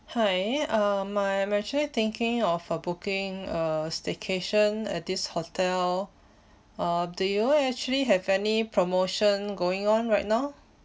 hi uh my I'm actually thinking of uh booking a staycation at this hotel um do you actually have any promotion going on right now